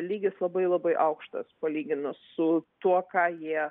lygis labai labai aukštas palyginus su tuo ką jie